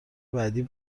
بعدی